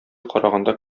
караганда